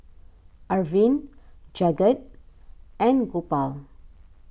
Arvind Jagat and Gopal